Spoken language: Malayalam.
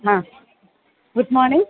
ആ ഗുഡ് മോണിങ്